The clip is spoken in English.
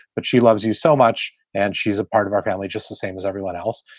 but she loves you so much. and she's a part of our family, just the same as everyone else.